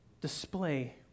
display